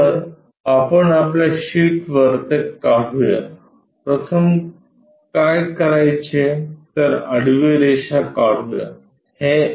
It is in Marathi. तर आपण आपल्या शीटवर ते काढूया प्रथम काय करायचे तर आडवी रेषा काढू या